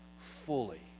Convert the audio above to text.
fully